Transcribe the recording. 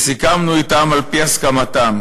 אתם, על-פי הסכמתם,